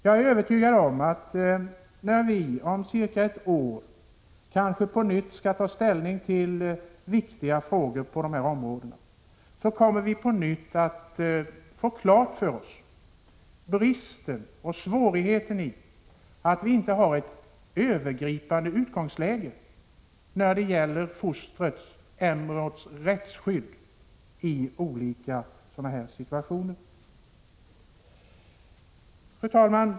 Jag är övertygad om att när vi, om cirka ett år kanske, skall ta ställning till viktiga frågor på de här områdena, kommer vi på nytt att få klart för oss vilken brist det är och vilken svårighet det innebär att vi inte har ett övergripande utgångsläge när det gäller fostrets, embryots, rättsskydd i olika sådana här situationer. Fru talman!